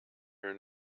are